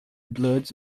blood